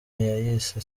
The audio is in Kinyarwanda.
yayise